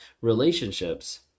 relationships